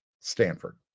Stanford